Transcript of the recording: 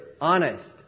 honest